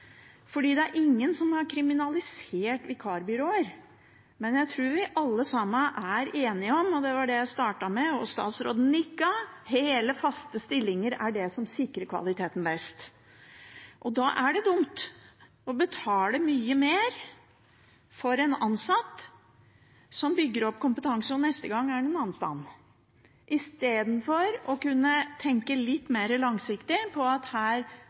Det er ingen som har kriminalisert vikarbyråene, men jeg tror vi alle sammen er enige om – og det var det jeg startet med, og statsråden nikket – at hele, faste stillinger er det som sikrer kvaliteten best. Da er det dumt å betale mye mer for en ansatt som bygger opp kompetanse og neste gang er et annet sted, i stedet for å tenke litt mer langsiktig